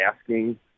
asking